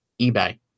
eBay